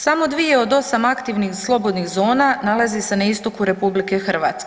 Samo 2 od 8 aktivnih slobodnih zona nalazi se na istoku RH.